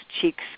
cheeks